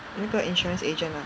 那个 insurance agent ah